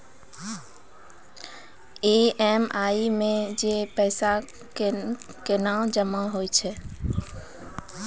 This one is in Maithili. ई.एम.आई मे जे पैसा केना जमा होय छै?